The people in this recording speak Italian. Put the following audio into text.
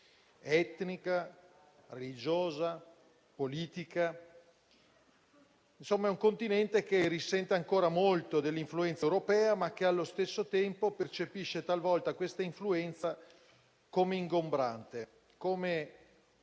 (etnica, religiosa, politica). Insomma, è un Continente che risente ancora molto dell'influenza europea, ma che allo stesso tempo percepisce talvolta questa influenza come ingombrante, come